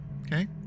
okay